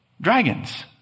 dragons